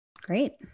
Great